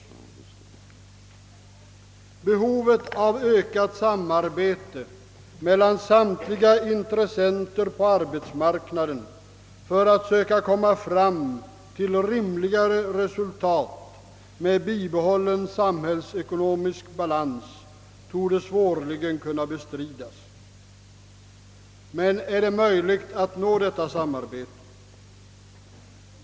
Behovet av ökat samarbete mellan samtliga intressenter på arbetsmarknaden för att söka komma fram till rimligare resultat med bibehållen samhällsekonomisk balans torde svårligen kunna bestridas. Men är det möjligt att nå detta samarbete?